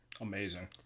Amazing